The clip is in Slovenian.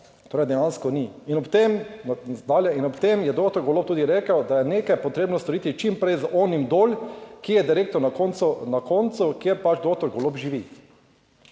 tem, dalj, in ob tem je doktor Golob tudi rekel, da je nekaj potrebno storiti čim prej z onim dol, ki je direktno na koncu, na koncu, kjer pač doktor Golob živi.